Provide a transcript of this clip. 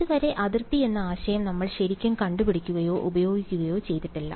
ഇതുവരെ അതിർത്തി എന്ന ആശയം നമ്മൾ ശരിക്കും കണ്ടുപിടിക്കുകയോ ഉപയോഗിക്കുകയോ ചെയ്തിട്ടില്ല